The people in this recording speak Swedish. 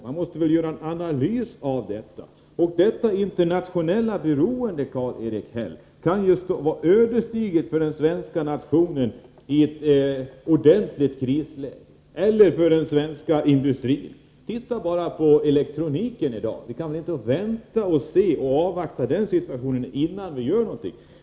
Man måste väl göra en analys. Detta internationella beroende, Karl-Erik Häll, kan vara ödesdigert för den svenska nationen i ett ordentligt krisläge och för den svenska industrin. Titta bara på elektroniken i dag. Vi kan väl inte avvakta innan vi gör någonting åt situationen.